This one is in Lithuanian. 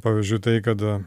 pavyzdžiui tai kad